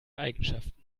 eigenschaften